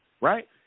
right